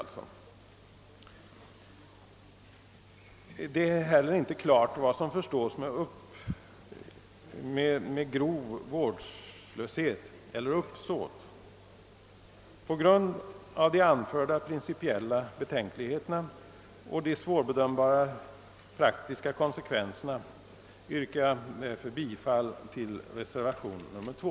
Inte heller är det klart vad som skall förstås med uttrycket »uppsåt eller grov vårdslöshet». Herr talman! Med åberopande av de nu anförda, principiella betänkligheterna och de svårbedömbara praktiska konsekvenserna yrkar jag bifall till reservation 2.